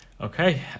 okay